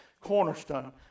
cornerstone